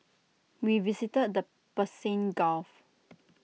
we visited the Persian gulf